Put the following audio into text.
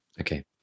Okay